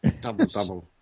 Double-double